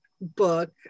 book